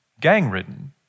gang-ridden